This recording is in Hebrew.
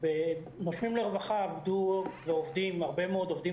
ב"נושמים לרווחה" עבדו ועובדים הרבה מאוד עובדים